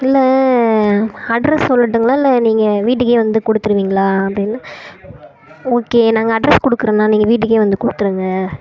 இல்லை அட்ரெஸ் சொல்லுட்டுங்களா இல்லை நீங்கள் வீட்டுக்கே வந்து கொடுத்துருவீங்களா அப்படினா ஓகே நாங்கள் அட்ரெஸ் கொடுக்குறோண்ணா நீங்கள் வீட்டுக்கே வந்து கொடுத்துருங்க